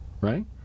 right